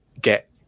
get